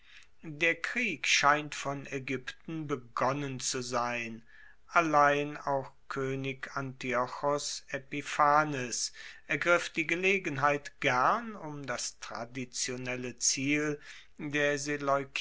der krieg scheint von aegypten begonnen zu sein allein auch koenig antiochos epiphanes ergriff die gelegenheit gern um das traditionelle ziel der